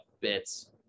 bits